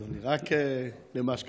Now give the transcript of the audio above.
אדוני, רק למה שכתוב.